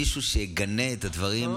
מישהו יגנה את הדברים,